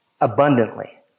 abundantly